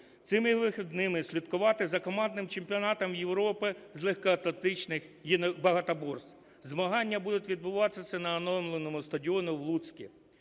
цими вихідними слідкувати за командним чемпіонатом Європи з легкоатлантичних багатоборств. Змагання будуть відбуватися на оновленому стадіоні в Луцьку.